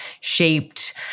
shaped